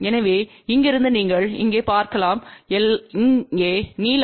எனவே இங்கிருந்து நீங்கள் இங்கே பார்க்கலாம் இங்கே நீளம்lλ 4